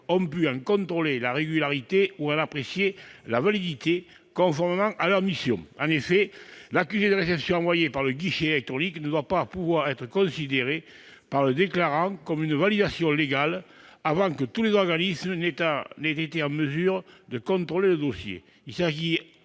-ont pu en contrôler la régularité ou en apprécier la validité, conformément à leurs missions. En effet, l'accusé de réception envoyé par le guichet électronique ne doit pas pouvoir être considéré par le déclarant comme une validation légale avant que tous les organismes aient été en mesure de contrôler le dossier. Il s'agit